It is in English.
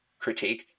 critiqued